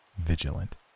vigilant